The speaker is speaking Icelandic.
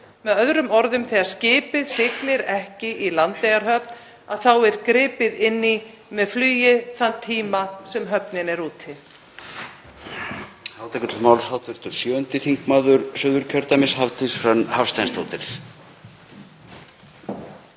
Með öðrum orðum: Þegar skipið siglir ekki í Landeyjahöfn þá er gripið inn í með flugi þann tíma sem höfnin er úti.